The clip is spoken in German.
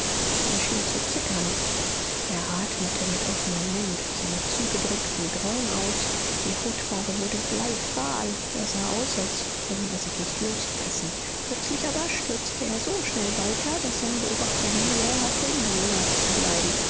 schien zu zittern er atmete mit offenem mund seine züge drückten grauen aus die hautfarbe wurde bleifahl er sah aus als könne er sich nicht losreißen plötzlich aber stürzte er so schnell weiter daß sein beobachter mühe hatte ihm nah zu bleiben